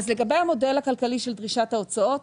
לגבי המודל הכלכלי של דרישת ההוצאות: